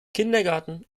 kindergarten